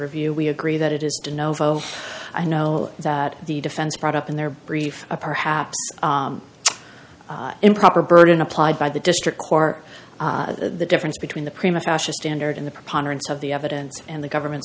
review we agree that it is to novo i know that the defense brought up in their brief a perhaps improper burden applied by the district court the difference between the prima fascia standard in the preponderance of the evidence and the government